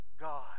God